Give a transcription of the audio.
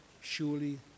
surely